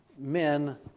men